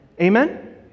amen